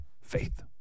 Faith